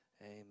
Amen